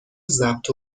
ضبط